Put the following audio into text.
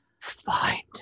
find